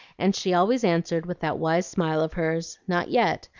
and she always answered with that wise smile of hers not yet,